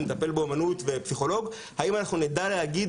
מטפל באומנות ופסיכולוג האם אנחנו נדע להגיד